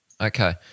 Okay